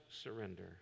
surrender